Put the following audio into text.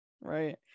Right